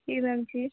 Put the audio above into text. जी ma'am जी